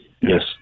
Yes